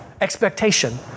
expectation